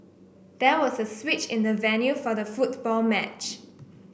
there was a switch in the venue for the football match